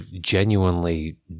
genuinely